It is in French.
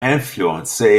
influencé